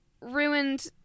ruined